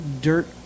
dirt